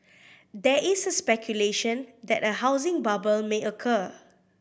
there is speculation that a housing bubble may occur